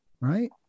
Right